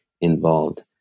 involved